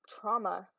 trauma